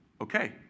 Okay